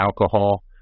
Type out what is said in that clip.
alcohol